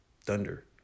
thunder